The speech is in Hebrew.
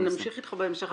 אנחנו נמשיך איתך בהמשך.